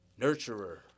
nurturer